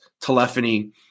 telephony